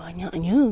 banyaknya